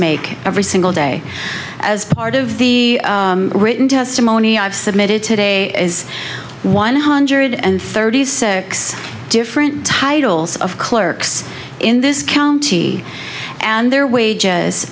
make every single day as part of the written testimony i've submitted today is one hundred and thirty six different titles of clerks in this county and their wages